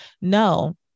No